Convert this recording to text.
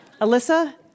Alyssa